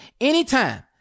anytime